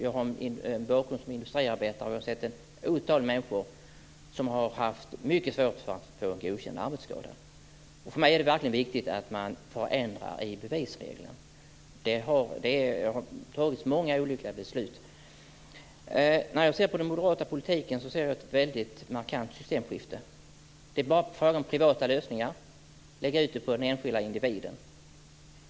Jag har en bakgrund som industriarbetare, och jag har sett ett otal människor som haft mycket svårt att få sina arbetsskador godkända. För mig är det verkligen viktigt att man förändrar bevisregeln. Det har fattats många olyckliga beslut. När jag ser på den moderata politiken ser jag ett väldigt markant systemskifte. Det är bara fråga om privata lösningar, att lägga ut det på den enskilde individen.